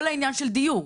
כל העניין של דיור,